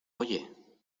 oye